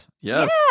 Yes